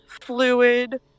fluid